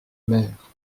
mère